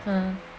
uh